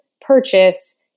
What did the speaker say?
purchase